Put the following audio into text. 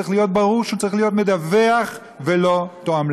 צריך להיות ברור שהוא צריך להיות מדווח ולא תועמלן.